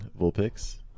Vulpix